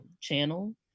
channel